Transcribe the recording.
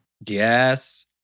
Yes